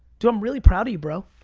dude, i'm really proud of you, bro.